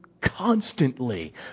constantly